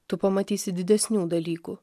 tu pamatysi didesnių dalykų